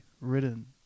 written